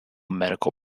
medical